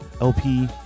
LP